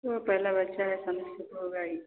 तो पहला बच्चा है समय से तो होगा ही